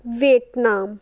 wait ਨਾਮ